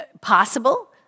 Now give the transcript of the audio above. possible